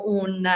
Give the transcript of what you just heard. un